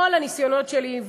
כל הניסיונות שלי,